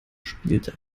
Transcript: spielte